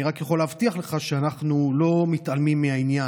אני רק יכול להבטיח לך שאנחנו לא מתעלמים מהעניין.